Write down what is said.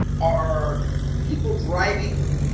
are people driving